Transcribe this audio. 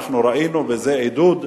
אנחנו ראינו בזה עידוד,